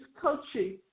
coaching